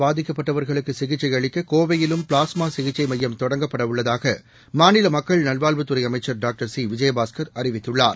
பாதிக்கப்பட்டவர்களுக்குசிகிச்சைஅளிக்ககோவையிலும்பிளாஸ்மாசிகிச்சைமையம் தொடங்கப்படவுள்ளதாகமாநிலமக்கள் நல்வாழ்வுத்துறைஅமைச்சர் doctor Vijayabaskar C அறிவித்துள்ளார்